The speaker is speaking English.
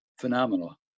phenomenal